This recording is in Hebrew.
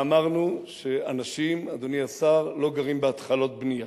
אמרנו שאנשים, אדוני השר, לא גרים בהתחלות בנייה,